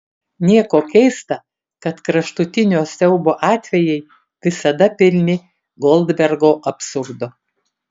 nieko keista kad kraštutinio siaubo atvejai visada pilni goldbergo absurdo